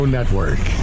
Network